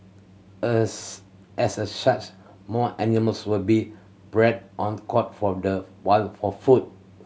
as as a such more animals will be bred on caught from the wild for food